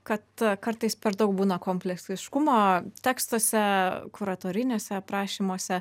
kad kartais per daug būna kompleksiškumo tekstuose kuratoriniuose aprašymuose